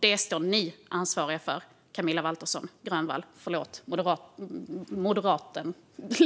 Det är ni ansvariga för, Camilla Walterson Grönvall.